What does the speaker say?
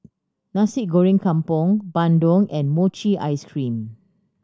Nasi Goreng Kampung bandung and mochi ice cream